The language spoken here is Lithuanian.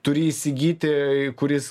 turi įsigyti kuris